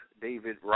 David